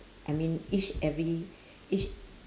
I mean each every each